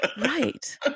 right